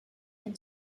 been